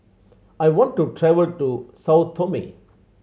I want to travel to Sao Tome